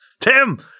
Tim